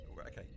Okay